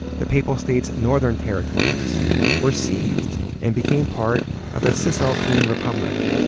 the papal states' northern territories were seized and became part of the cisalpine republic.